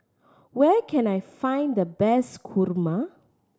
where can I find the best kurma